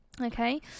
Okay